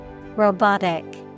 Robotic